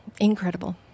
Incredible